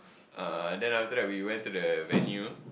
uh then after that we went to the venue